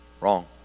Wrong